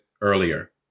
earlier